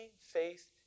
faith